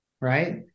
Right